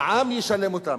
העם ישלם אותם.